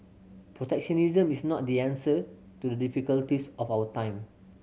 protectionism is not the answer to the difficulties of our time